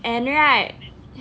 and right